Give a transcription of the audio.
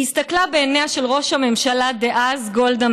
הסתכלה בעיניה של ראש הממשלה דאז גולדה